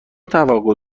توقع